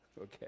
okay